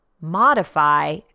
Modify